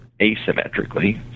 asymmetrically